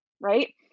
right